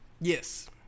Yes